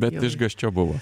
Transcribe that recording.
bet išgąsčio buvo